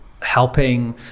helping